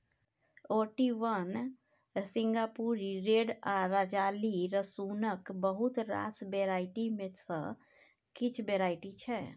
Ooty one, Singapuri red आ राजाली रसुनक बहुत रास वेराइटी मे सँ किछ वेराइटी छै